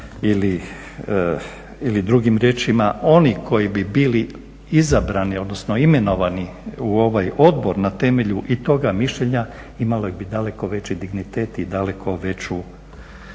ili drugim riječima oni koji bi bili izabrani, odnosno imenovani u ovaj odbor na temelju i toga mišljenja imali bi daleko veći dignitet i daleko veću